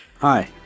Hi